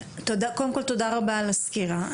קודם כל תודה רבה על הסקירה.